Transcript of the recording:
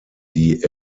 wie